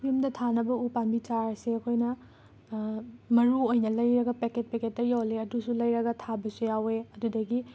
ꯌꯨꯝꯗ ꯊꯥꯅꯕ ꯎ ꯄꯥꯝꯕꯤ ꯆꯥꯔꯁꯦ ꯑꯩꯈꯣꯏꯅ ꯃꯔꯨ ꯑꯣꯏꯅ ꯂꯩꯔꯒ ꯄꯦꯀꯦꯠ ꯄꯦꯀꯦꯠꯇ ꯌꯣꯜꯂꯦ ꯑꯗꯨꯁꯨ ꯂꯩꯔꯒ ꯊꯥꯕꯁꯨ ꯌꯥꯎꯋꯦ ꯑꯗꯨꯗꯒꯤ